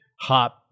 hop